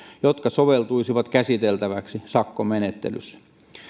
jotka soveltuisivat käsiteltäväksi sakkomenettelyssä